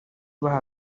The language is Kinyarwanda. baha